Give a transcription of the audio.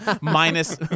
minus